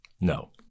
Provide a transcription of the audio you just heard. No